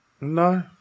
no